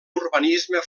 urbanisme